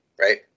right